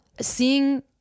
seeing